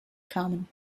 kamen